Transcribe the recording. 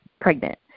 pregnant